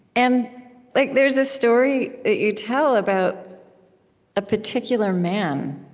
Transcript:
and like there's a story that you tell about a particular man